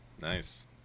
Nice